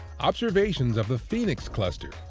observations of the phoenix cluster,